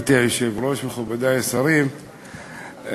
מכובדי השרים,